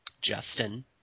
Justin